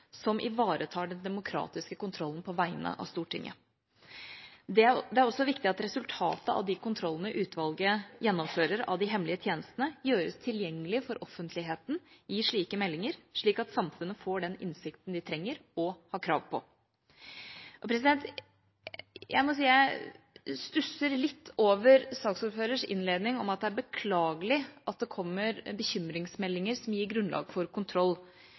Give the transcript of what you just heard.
som ivaretar den demokratiske kontrollen på vegne av Stortinget. Det er også viktig at resultatet av de kontrollene utvalget gjennomfører av de hemmelige tjenestene, gjøres tilgjengelig for offentligheten i slike meldinger, slik at samfunnet får den innsikten de trenger, og som de har krav på. Jeg stusser litt over saksordførerens innledning om at det er beklagelig at det kommer bekymringsmeldinger som gir grunnlag for kontroll.